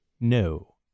no